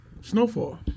Snowfall